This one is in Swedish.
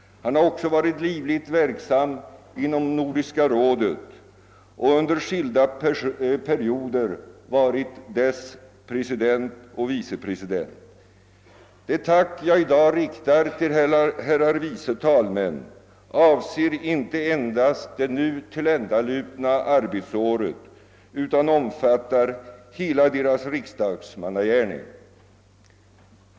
Han har också varit livligt verksam inom Nordiska rådet och under skilda perioder varit dess president och vice president. Det tack jag i dag riktar till herrar vice talmän avser inte endast det nu tilländalupna arbetsåret utan omfattar hela deras riksdagsmannagärning.